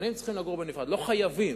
החילונים צריכים לגור בנפרד, לא חייבים.